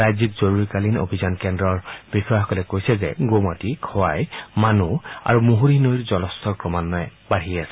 ৰাজ্যিক জৰুৰীকালীন অভিযান কেদ্ৰৰ বিষয়াসকলে কৈছে যে গোমাটি খোৱাই মানু আৰু মুছৰি নৈৰ জলস্তৰ ক্ৰমান্বয়ে বাঢ়ি আছে